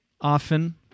often